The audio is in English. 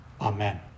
amen